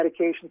medications